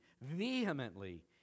vehemently